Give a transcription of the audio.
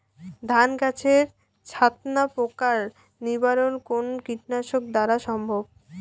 ধান গাছের ছাতনা পোকার নিবারণ কোন কীটনাশক দ্বারা সম্ভব?